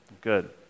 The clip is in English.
Good